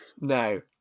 No